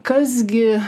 kas gi